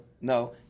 No